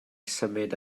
symud